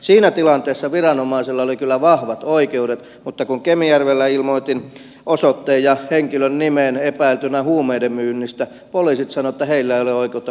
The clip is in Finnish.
siinä tilanteessa viranomaisilla oli kyllä vahvat oikeudet mutta kun kemijärvellä ilmoitin osoitteen ja henkilön nimen epäiltynä huumeiden myynnistä poliisit sanoivat että heillä ei ole oikeutta puuttua asiaan